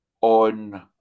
on